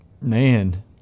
Man